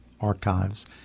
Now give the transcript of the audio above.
archives